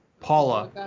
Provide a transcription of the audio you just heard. Paula